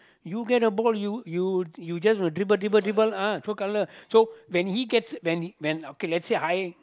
you get the ball you you you just dribble dribble dribble uh show colour so when he gets when when okay let's say I